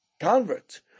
convert